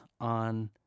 on